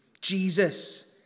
Jesus